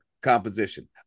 composition